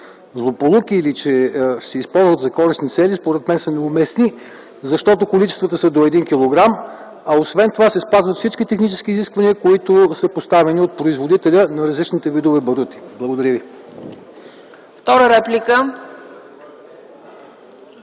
злополуки или че ще се използват за користни цели, според мен са неуместни, защото количествата са до 1 кг. Освен това се спазват всички технически изисквания, които са поставени от производителя на различните видове барути. Благодаря ви.